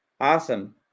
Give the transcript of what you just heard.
awesome